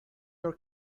your